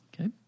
Okay